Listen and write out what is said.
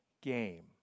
game